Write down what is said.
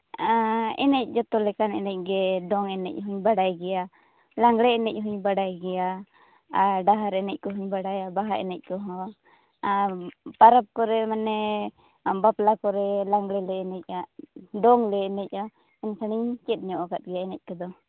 ᱮᱱᱮᱡ ᱡᱚᱛᱚ ᱞᱮᱠᱟᱱ ᱮᱱᱮᱡ ᱜᱮ ᱫᱚᱝ ᱮᱱᱮᱡ ᱦᱩᱧ ᱵᱟᱲᱟᱭ ᱜᱮᱭᱟ ᱞᱟᱜᱽᱬᱮ ᱮᱱᱮᱡ ᱦᱩᱧ ᱵᱟᱲᱟᱭ ᱜᱮᱭᱟ ᱟᱨ ᱰᱟᱦᱟᱨ ᱮᱱᱮᱡ ᱠᱚᱦᱚᱧ ᱵᱟᱲᱟᱭᱟ ᱵᱟᱦᱟ ᱮᱱᱮᱡ ᱠᱚᱦᱚᱸ ᱟᱨ ᱯᱟᱨᱟᱵᱽ ᱠᱚᱨᱮ ᱢᱟᱱᱮ ᱵᱟᱯᱞᱟ ᱠᱚᱨᱮ ᱞᱟᱜᱽᱬᱮ ᱞᱮ ᱮᱱᱮᱡᱼᱟ ᱫᱚᱝ ᱞᱮ ᱮᱱᱮᱡᱼᱟ ᱮᱱᱠᱷᱟᱱᱤᱧ ᱪᱮᱫ ᱧᱚᱜ ᱠᱟᱜ ᱜᱮᱭᱟ ᱮᱱᱡ ᱠᱚᱫᱚ